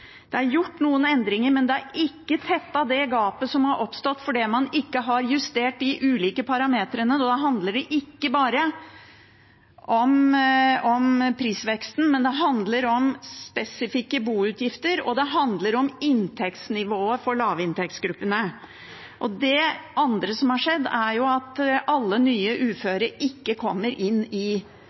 Det er gjort noen endringer, men det har ikke tettet det gapet som har oppstått fordi man ikke har justert de ulike parameterne. Og da handler det ikke bare om prisveksten, det handler om spesifikke boutgifter, og det handler om inntektsnivået for lavinntektsgruppene. Det andre som har skjedd, er at ikke alle nye uføre kommer inn